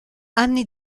anni